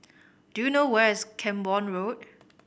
do you know where is Camborne Road